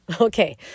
Okay